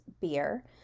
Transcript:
Beer